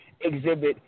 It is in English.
exhibit